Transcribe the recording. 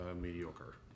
mediocre